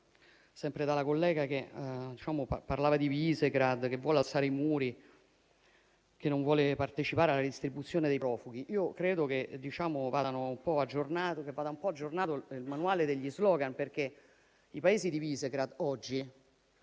Ancora la collega parlava di Visegrad, che vuole alzare i muri, che non vuole partecipare alla redistribuzione dei profughi. Credo che vada un po' aggiornato il manuale degli *slogan*, perché i Paesi di Visegrad oggi